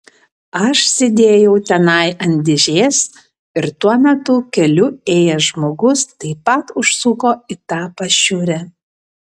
aš sėdėjau tenai ant dėžės ir tuo metu keliu ėjęs žmogus taip pat užsuko į tą pašiūrę